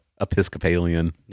Episcopalian